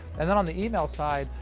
and then on the email side,